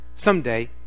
Someday